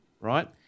right